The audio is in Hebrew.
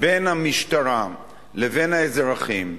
בין המשטרה לבין האזרחים,